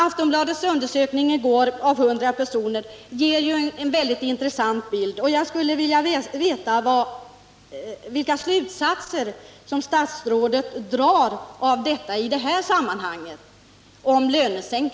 Aftonbladets redovisning i går av en undersökning av hundra personer ger en intressant bild av detta.